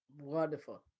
Wonderful